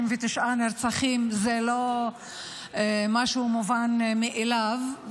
69 נרצחים זה לא משהו מובן מאליו,